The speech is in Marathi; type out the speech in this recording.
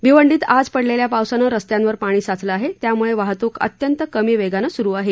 भिवंडीत आज पडलेल्या पावसानं रस्त्यांवर पाणी साचलं आहे त्यामुळे वाहतूक अत्यंत कमी वेगाने सुरु आहे